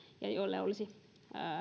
ja jolle olisi